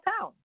town